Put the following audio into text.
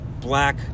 black